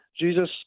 Jesus